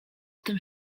tym